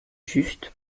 juste